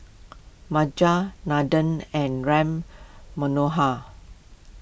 Majat Nandan and Ram Manohar